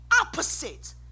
opposite